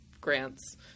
grants